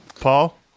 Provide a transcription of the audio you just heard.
Paul